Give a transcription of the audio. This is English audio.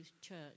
church